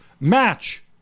match